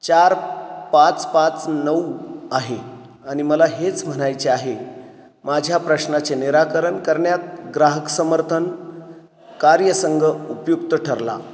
चार पाच पाच नऊ आहे आणि मला हेच म्हणायचे आहे माझ्या प्रश्नाचे निराकरण करण्यात ग्राहक समर्थन कार्यसंघ उपयुक्त ठरला